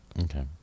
Okay